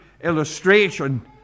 illustration